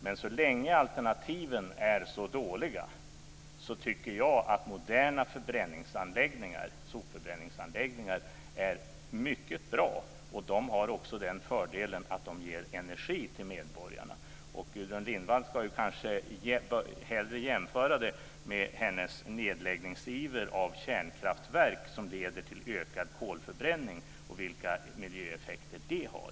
Men så länge alternativen är så dåliga tycker jag att moderna sopförbränningsanläggningar är mycket bra. De har också den fördelen att de ger energi till medborgarna. Gudrun Lindvall ska kanske se det här i förhållande till hennes iver när det gäller att lägga ned kärnkraftverk, något som leder till ökad kolförbränning, och till vilka miljöeffekter det har.